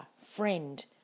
friend